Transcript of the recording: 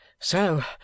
So